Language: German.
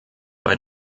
bei